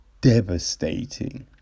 devastating